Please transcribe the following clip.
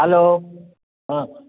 hello ହଁ